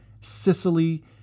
Sicily